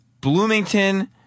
Bloomington